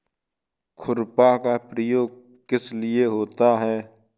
खुरपा का प्रयोग किस लिए होता है?